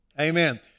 Amen